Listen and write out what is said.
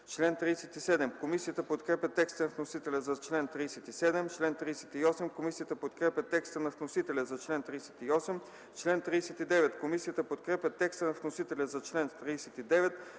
чл. 36 Комисията подкрепя текста на вносителя за чл. 37 Комисията подкрепя текста на вносителя за чл. 38 Комисията подкрепя текста на вносителя за чл. 39